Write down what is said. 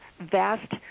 vast